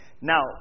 Now